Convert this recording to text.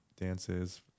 dances